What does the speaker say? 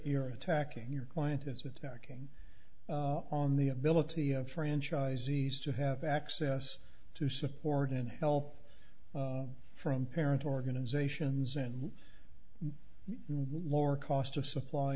you're attacking your client is with backing on the ability of franchisees to have access to support in hell all from parent organizations in war cost of supply